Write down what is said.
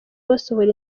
basohora